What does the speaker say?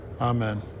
Amen